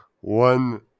one